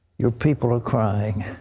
you're people are crying